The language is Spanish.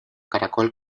caracol